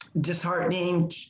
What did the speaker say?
disheartening